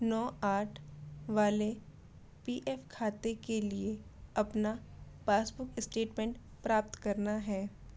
नौ आठ वाले P F खाते के लिए अपना पासबुक स्टेटमेंट प्राप्त करना है